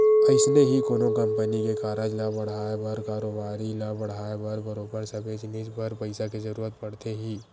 अइसने ही कोनो कंपनी के कारज ल बड़हाय बर कारोबारी ल बड़हाय बर बरोबर सबे जिनिस बर पइसा के जरुरत पड़थे ही